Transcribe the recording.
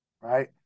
right